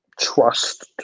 trust